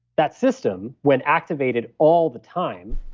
that system, when activated all the time,